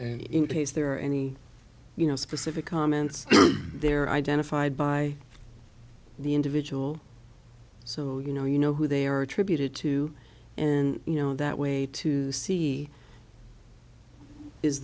in case there are any you know specific comments they're identified by the individual so you know you know who they are attributed to and you know that way to see is